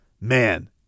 man